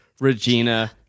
Regina